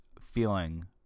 feeling